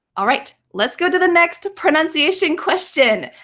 all right, let's go to the next pronunciation question.